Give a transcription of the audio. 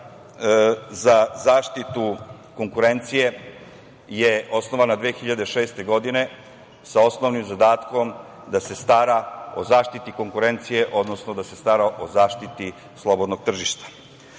za zaštitu konkurencije je osnovana 2006. godine sa osnovnim zadatkom da se stara o zaštiti konkurencije, odnosno o zaštiti slobodnog tržišta. Iako